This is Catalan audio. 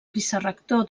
vicerector